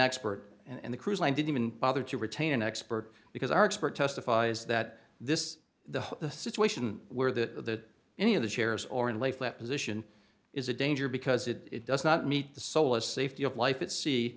expert and the cruise line didn't even bother to retain an expert because our expert testifies that this is the the situation where the any of the chairs or in lay flat position is a danger because it does not meet the solist safety of life at sea